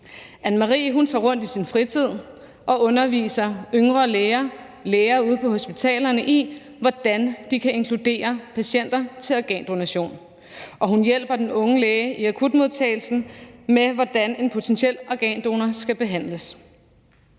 Anne Marie tager rundt i sin fritid og underviser yngre læger ude på hospitalerne i, hvordan de kan inkludere patienter til organdonation, og hun hjælper den unge læge i akutmodtagelsen med, hvordan en potentiel organdonor skal behandles.